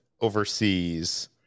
overseas